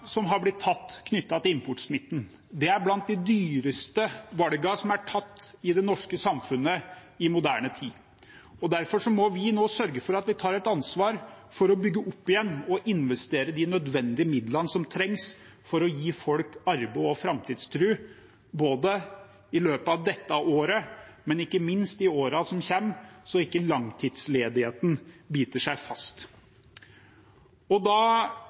som har blitt tatt knyttet til importsmitten, er blant de dyreste valgene som er tatt i det norske samfunnet i moderne tid. Derfor må vi nå sørge for at vi tar et ansvar for å bygge opp igjen og investere de nødvendige midlene som trengs for å gi folk arbeid og framtidstro, både i løpet av dette året og ikke minst i årene som kommer, så ikke langtidsledigheten biter seg fast. Da